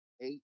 Eight